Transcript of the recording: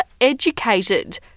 educated